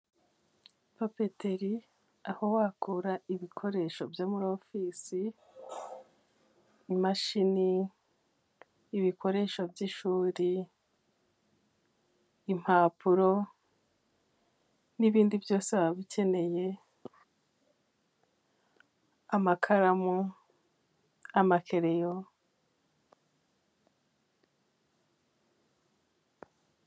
Papeteri aho wakura ibikoresho byo muri ofisi, imashini, ibikoresho by'ishuri, impapuro n'ibindi byose waba ukeneye amakaramu, amakereleyo.